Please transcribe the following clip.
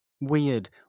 Weird